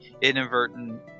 inadvertent